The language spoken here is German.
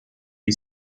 die